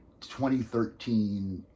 2013